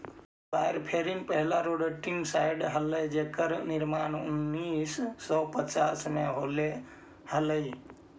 warfarin पहिला rodenticide हलाई जेकर निर्माण उन्नीस सौ पच्चास में होले हलाई